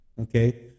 okay